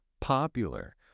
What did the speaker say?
popular